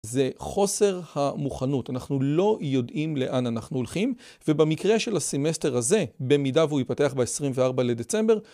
זה חוסר המוכנות, אנחנו לא יודעים לאן אנחנו הולכים ובמקרה של הסמסטר הזה, במידה והוא יפתח ב-24 לדצמבר